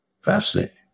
Fascinating